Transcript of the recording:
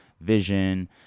vision